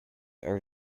are